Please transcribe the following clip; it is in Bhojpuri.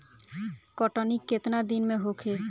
कटनी केतना दिन में होखे?